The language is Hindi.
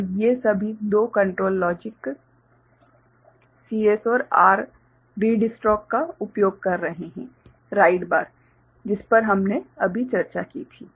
और ये सभी दो कंट्रोल लॉजिक CS और R रीड स्ट्रोक का उपयोग कर रहे हैं राइट बार जिस पर हमने अभी चर्चा की थी